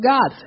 God